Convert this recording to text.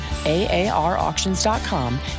AARauctions.com